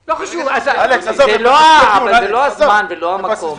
אלכס, זה לא הזמן ולא המקום.